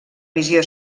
visió